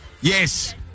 Yes